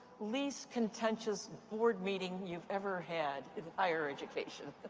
least contentious board meeting you've ever had in higher education.